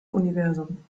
universum